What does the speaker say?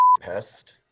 pest